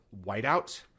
Whiteout